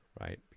right